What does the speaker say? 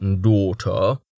Daughter